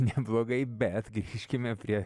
neblogai bet grįžkime prie